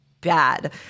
bad